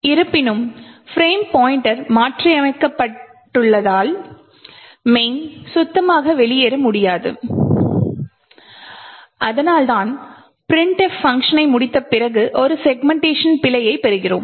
இருப்பினும் frame pointer மாற்றியமைக்கப் பட்டுள்ளதால் main சுத்தமாக வெளியேற முடியாது அதனால்தான் printf பங்க்ஷனை முடித்த பிறகு ஒரு செக்மென்ட்டேஷன் பிழையை பெறுகிறோம்